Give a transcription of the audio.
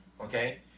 okay